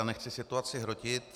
Nechci situaci hrotit.